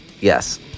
Yes